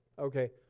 Okay